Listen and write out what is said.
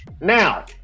Now